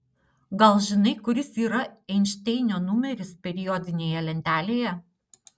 gal žinai kuris yra einšteinio numeris periodinėje lentelėje